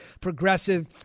Progressive